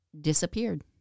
disappeared